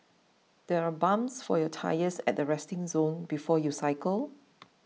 there are pumps for your tyres at the resting zone before you cycle